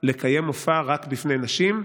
לקיים מופע רק בפני נשים,